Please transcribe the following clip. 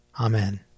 Amen